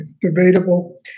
Debatable